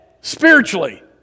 spiritually